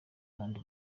kandi